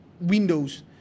windows